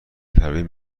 پروین